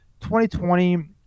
2020